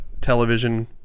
television